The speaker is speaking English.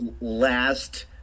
last